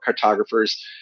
cartographers